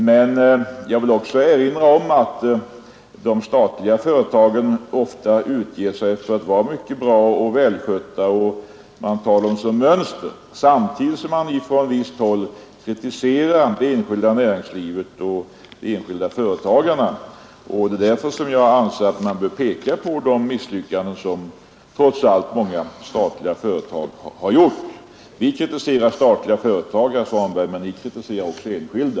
Men jag vill erinra om att de statliga företagen ofta utger sig för att vara mycket bra och välskötta, och man tar dem som mönster, samtidigt som man från visst håll kritiserar det enskilda näringslivet och de privata företagarna. Det är därför jag anser att man bör peka på de misslyckanden som trots allt många statliga företag har gjort. Vi kritiserar statliga företag, herr Svanberg, men ni kritiserar också enskilda.